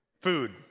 Food